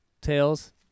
Tails